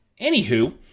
Anywho